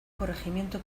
corregimiento